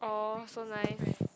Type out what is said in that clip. uh so nice